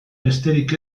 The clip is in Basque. besterik